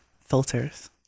filters